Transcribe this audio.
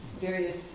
various